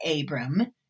Abram